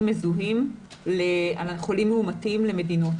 מזוהים על חולים מאומתים בין מדינות,